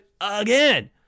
again